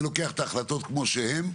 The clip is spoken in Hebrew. אני לוקח את ההחלטות כמו שהן.